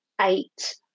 eight